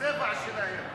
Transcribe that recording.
זה בגלל הצבע שלהם.